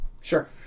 sure